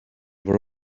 were